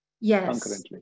Yes